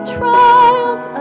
trials